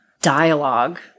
dialogue